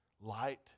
light